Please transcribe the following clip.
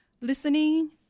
listening